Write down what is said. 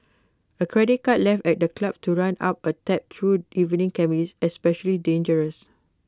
A credit card left at the club to run up A tab through evening can be especially dangerous